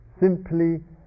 simply